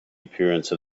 appearance